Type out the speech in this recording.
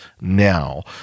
now